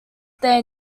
their